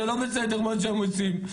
זה לא בסדר מה שהם עושים.